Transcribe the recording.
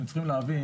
אתם צריכים להבין